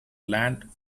land